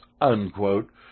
unquote